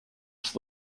its